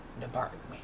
department